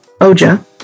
Oja